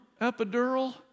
epidural